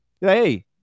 Hey